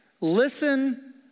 Listen